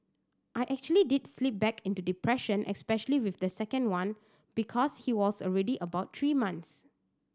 I actually did slip back into depression especially with the second one because he was already about three months